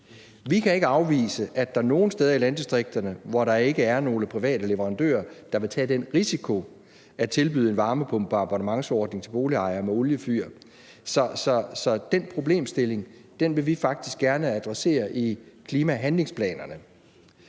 Vi kan ikke afvise, at der er nogle steder i landdistrikterne, hvor der ikke er nogle private leverandører, der vil tage den risiko at tilbyde en varmepumpe på abonnementsordning til boligejere med oliefyr. Så den problemstilling vil vi faktisk gerne adressere i klimahandlingsplanerne.